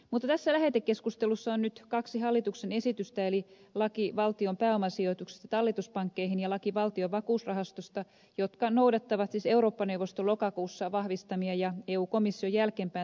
mutta tässä lähetekeskustelussa on nyt kaksi hallituksen esitystä eli laki valtion pääomasijoituksista talletuspankkeihin ja laki valtion vakuusrahastosta jotka noudattavat siis eurooppa neuvoston lokakuussa vahvistamia ja eun komission jälkeenpäin tarkentamia periaatteita